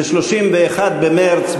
ב-31 במרס,